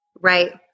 Right